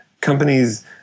companies